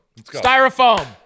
Styrofoam